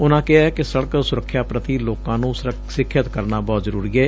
ਉਨੂਾ ਕਿਹੈ ਕਿ ਸੜਕ ਸੁਰੱਖਿਆ ਪ੍ਰਤੀ ਲੋਕਾਂ ਨੁੰ ਸਿਖਿਅਤ ਕਰਨਾ ਬਹੁਤ ਜ਼ਰੁਰੀ ਏ